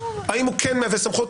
אם הוא כן מהווה סמכות,